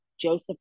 joseph